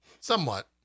Somewhat